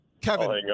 Kevin